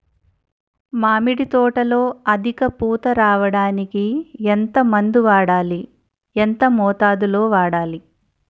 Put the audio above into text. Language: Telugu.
మామిడి తోటలో అధిక పూత రావడానికి ఎంత మందు వాడాలి? ఎంత మోతాదు లో వాడాలి?